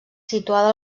situada